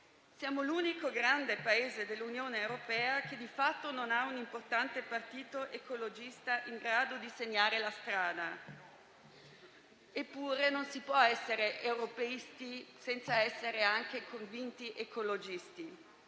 Siamo l'unico grande paese dell'Unione europea che di fatto non ha un importante partito ecologista in grado di segnare la strada, eppure non si può essere europeisti senza essere anche convinti ecologisti.